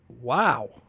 Wow